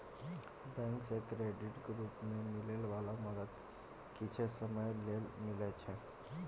bank सँ क्रेडिटक रूप मे मिलै बला मदद किछे समय लेल मिलइ छै